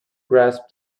grasp